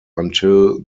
until